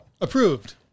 approved